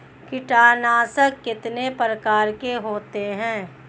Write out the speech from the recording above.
कीटनाशक कितने प्रकार के होते हैं?